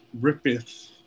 ripeth